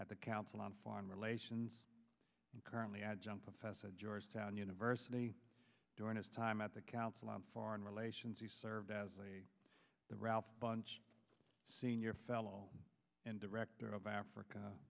at the council on foreign relations and currently adjunct professor at georgetown university during his time at the council on foreign relations he served as the ralph bunche senior fellow and director of africa